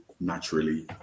naturally